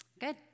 Good